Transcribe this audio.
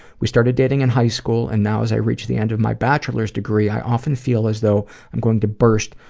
we started dating in high school and now as i reach the end of my bachelor's degree, i often feel as though i'm going to burst,